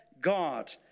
God